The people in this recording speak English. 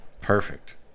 Perfect